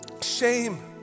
Shame